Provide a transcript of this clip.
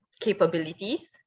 capabilities